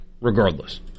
regardless